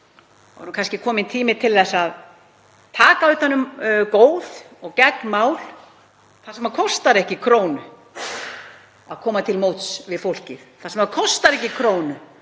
þá er kannski kominn tími til að taka utan um góð og gegn mál þar sem það kostar ekki krónu að koma til móts við fólkið, þar sem það kostar ekki krónu